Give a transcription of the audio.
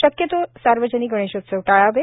शक्यतो सार्वजनिक गणेशोत्सव टाळावे